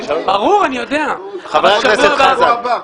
חבר הכנסת חזן,